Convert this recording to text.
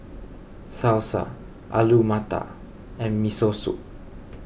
Salsa Alu Matar and Miso Soup